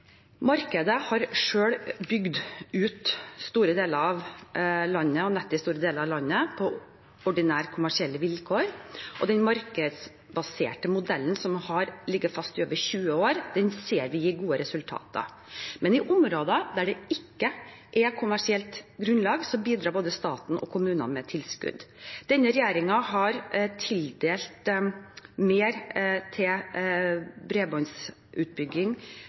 Markedet har selv bygd ut nettet i store deler av landet på ordinære kommersielle vilkår. Den markedsbaserte modellen som har ligget fast i over 20 år, ser vi gir gode resultater, men i områder der det ikke er kommersielt grunnlag, bidrar både staten og kommunene med tilskudd. Denne regjeringen har tildelt mer til bredbåndsutbygging